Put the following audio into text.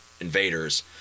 invaders